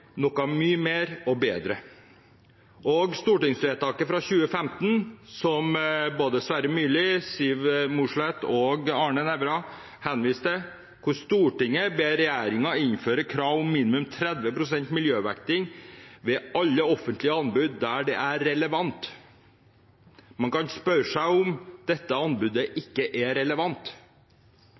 Både Sverre Myrli, Siv Mossleth og Arne Nævra henviste til stortingsvedtaket fra 2015, der Stortinget ber «regjeringen innføre krav om minimum 30 pst. miljøvekting ved alle offentlige anbud der det er relevant». Man kan spørre seg om dette anbudet ikke